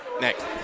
next